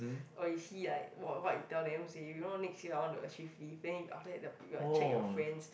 oh you see like what what you tell them say you know next year I want to achieve this then you after that you you are check your friends